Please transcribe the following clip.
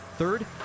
Third